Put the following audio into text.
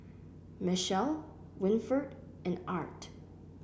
Mechelle Winford and Art